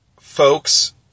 folks